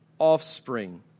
offspring